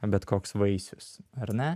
bet koks vaisius ar ne